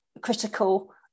critical